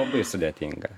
labai sudėtinga